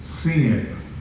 sin